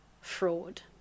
fraud